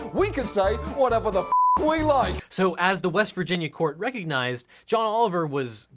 we can say whatever the we like. so as the west virginia court recognized, john oliver was,